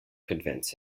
convince